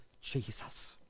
Jesus